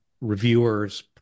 reviewers